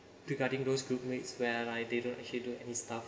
regarding those group mates where I didn't hidden any stuff